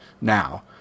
now